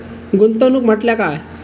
गुंतवणूक म्हटल्या काय?